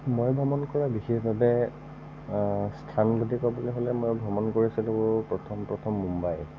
মই ভ্ৰমণ কৰা বিশেষভাৱে স্থান বুলি ক'বলৈ হ'লে মই ভ্ৰমণ কৰিছিলোঁ প্ৰথম প্ৰথম মুম্বাই